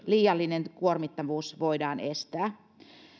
liiallinen kuormittavuus voidaan estää